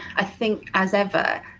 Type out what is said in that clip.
i think, as ever,